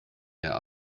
der